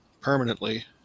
permanently